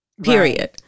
Period